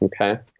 Okay